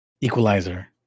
equalizer